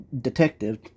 detective